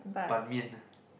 ban-mian